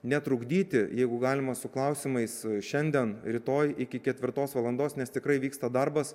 netrukdyti jeigu galima su klausimais šiandien rytoj iki ketvirtos valandos nes tikrai vyksta darbas